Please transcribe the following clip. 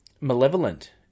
malevolent